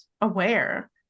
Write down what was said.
aware